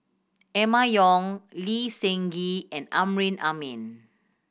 Emma Yong Lee Seng Gee and Amrin Amin